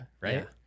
Right